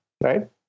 right